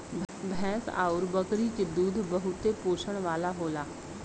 भैंस आउर बकरी के दूध बहुते पोषण वाला होला